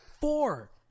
Four